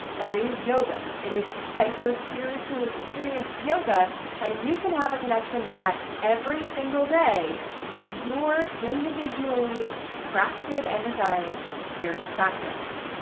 that is yoga. it is the psycho-spiritual experience of yoga and you can have a connection to that every single day through your individually crafted and designed spiritual practice.